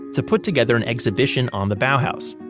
to put together an exhibition on the bauhaus,